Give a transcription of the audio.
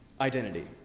identity